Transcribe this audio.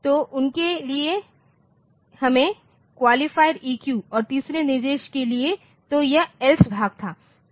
तो उनके लिए हमें क्वालिफायर ईक्यू और तीसरे निर्देश के लिए तो यह एल्स भाग था